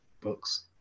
books